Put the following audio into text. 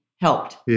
helped